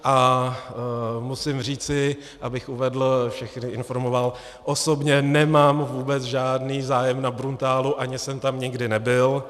A musím říci, abych všechny informoval, osobně nemám vůbec žádný zájem na Bruntálu, ani jsem tam nikdy nebyl.